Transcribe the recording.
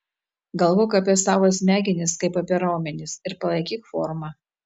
galvok apie savo smegenis kaip apie raumenis ir palaikyk formą